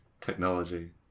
Technology